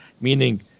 meaning